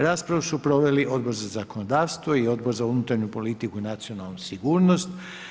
Raspravu su proveli Odbor za zakonodavstvo i Odbor za unutarnju politiku i nacionalnu sigurnost.